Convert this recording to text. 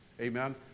Amen